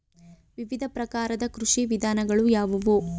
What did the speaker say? ವಿವಿಧ ಪ್ರಕಾರದ ಕೃಷಿ ವಿಧಾನಗಳು ಯಾವುವು?